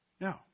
No